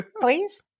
please